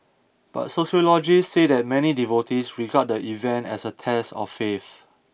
but sociologists say that many devotees regard the event as a test of faith